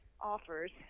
offers